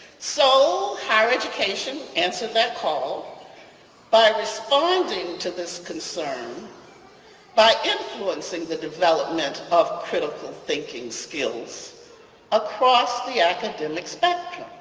so higher education answered that call by responding to this concern by influencing the development of critical thinking skills across the academic spectrum.